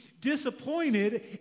disappointed